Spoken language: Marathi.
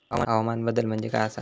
हवामान बदल म्हणजे काय आसा?